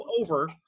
over